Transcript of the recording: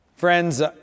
Friends